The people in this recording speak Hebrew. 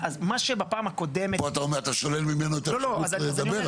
מה שבפעם הקודמת --- פה אתה שולל ממנו את האפשרות לדבר על זה.